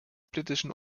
britischen